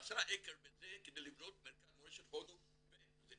עשרה --- מזה כדי לבנות מרכז מורשת הודו בהודו,